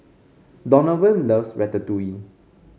Donovan loves Ratatouille